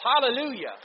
Hallelujah